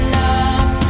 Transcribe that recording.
Enough